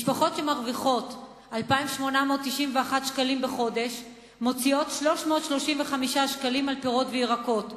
משפחות שמרוויחות 2,891 שקלים בחודש מוציאות 335 שקלים על פירות וירקות.